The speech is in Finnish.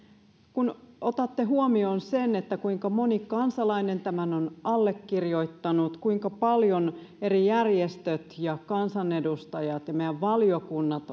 kun otatte huomioon sen kuinka moni kansalainen tämän on allekirjoittanut kuinka paljon eri järjestöt ja kansanedustajat ja meidän valiokunnat